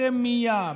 ברמייה,